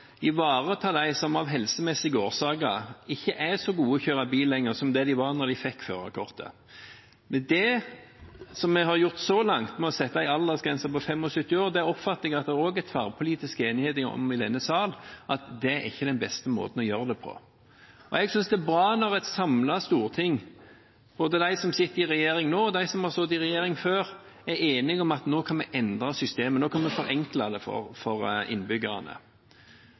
som av helsemessige årsaker ikke er så gode til å kjøre bil lenger som de var da de fikk førerkortet. Det vi har gjort så langt med å sette en aldersgrense på 75 år, oppfatter jeg det er tverrpolitisk enighet om i denne sal at ikke er den beste måten å gjøre det på. Jeg synes det er bra når et samlet storting, både de som sitter i regjering nå, og de som har sittet i regjering før, er enige om at nå kan vi endre systemet, nå kan vi forenkle det for innbyggerne.